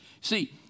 See